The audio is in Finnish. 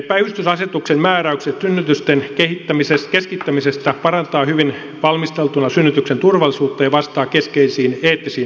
päivystysasetuksen määräykset synnytysten keskittämisestä parantavat hyvin valmistautumista synnytyksen turvallisuuteen ja vastaavat keskeisiin eettisiin tavoitteisiin